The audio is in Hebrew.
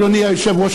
אדוני היושב-ראש,